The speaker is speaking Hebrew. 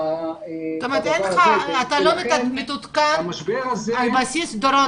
זאת אומרת, אתה לא מעודכן על בסיס קבוע.